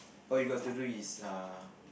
all you got to do is uh